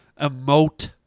emote